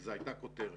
וזו הייתה כותרת,